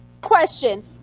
question